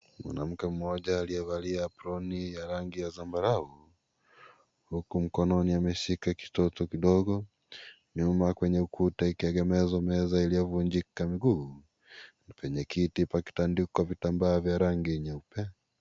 Mwanamke mmoja aliyevalia aproni ya rangi ya zabarau huku mkononi ameshika kitoto kidogo, nyuma kwenye ukuta ikiegemezwa meza iliyovunjika miguu na penye kiti pakitandikwa vitambaa vya rangi nyeupe.